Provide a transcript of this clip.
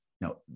Now